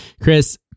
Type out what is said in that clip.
Chris